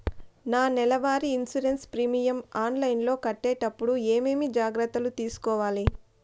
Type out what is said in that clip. నా నెల వారి ఇన్సూరెన్సు ప్రీమియం ఆన్లైన్లో కట్టేటప్పుడు ఏమేమి జాగ్రత్త లు తీసుకోవాలి?